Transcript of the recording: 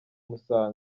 musaga